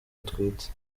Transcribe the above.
atwite